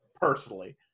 Personally